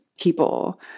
people